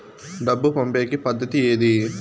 డబ్బు పంపేకి పద్దతి ఏది